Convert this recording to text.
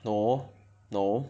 no no